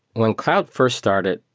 when cloud fi rst started,